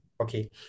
Okay